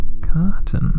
carton